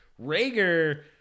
Rager